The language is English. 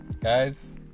Guys